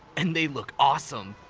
and they look awesome.